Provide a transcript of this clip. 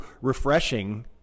refreshing